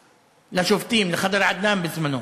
לבני-אדם.